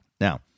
Now